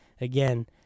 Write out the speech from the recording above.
again